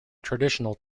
traditional